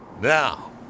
Now